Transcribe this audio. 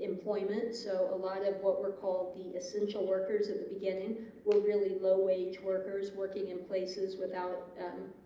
employment so a lot of what we're called the essential workers at the beginning were really low wage workers working in places without